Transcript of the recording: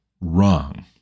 wrong